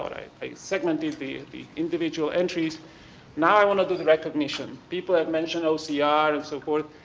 i segmented the the individual entries now i want to do the recognition. people have mentioned ocr yeah ah and so forth.